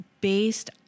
based